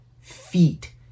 feet